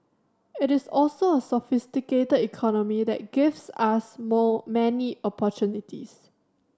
it is also a sophisticated economy that gives us more many opportunities